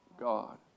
God